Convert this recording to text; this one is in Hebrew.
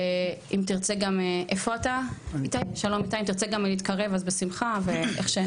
ואם תרצה גם להתקרב אז בשמחה.